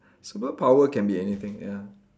superpower can be anything ya